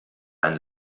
ein